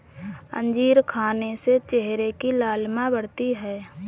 अंजीर खाने से चेहरे की लालिमा बढ़ती है